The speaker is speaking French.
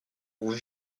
vous